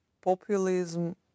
populism